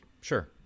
Sure